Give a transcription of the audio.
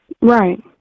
Right